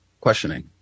questioning